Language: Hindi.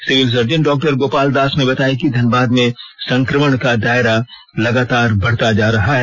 civil surgeon doctor Gopal Das ने बताया कि धनबाद में संक्रमण का दायरा लगातार बढ़ता जा रहा है